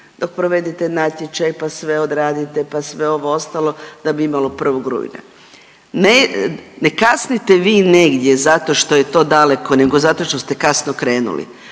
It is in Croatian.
dok provedete natječaj pa sve odradite pa sve ovo ostalo da bi imalo 1. rujna. Ne, ne kasnite vi negdje zato što je to daleko nego zato što ste kasno krenuli.